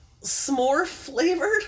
s'more-flavored